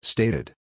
Stated